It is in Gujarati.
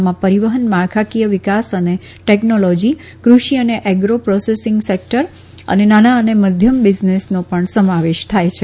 આમા પરીવહન માળખાકીય વિકાસ અને ટેકનોલોજી કૃષિ અને એગ્રો પ્રોસેસીંગ સેકટર અને નાના અને મધ્યમ બીઝનેસનો પણ સમાવેશ થાય છે